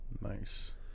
Nice